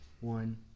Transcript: one